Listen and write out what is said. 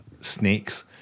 snakes